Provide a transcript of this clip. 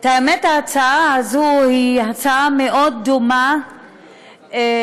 האמת היא שההצעה הזאת מאוד דומה להצעה